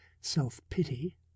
self-pity